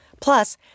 Plus